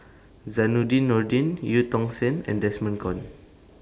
Zainudin Nordin EU Tong Sen and Desmond Kon